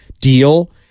deal